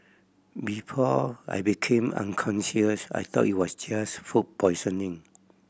before I became unconscious I thought it was just food poisoning